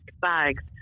bags